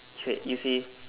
you see